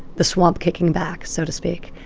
the swamp kicking back, so to speak.